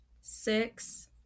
six